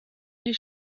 les